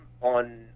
on